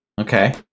Okay